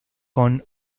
con